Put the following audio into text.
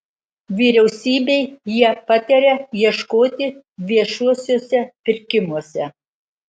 vyriausybei jie pataria ieškoti viešuosiuose pirkimuose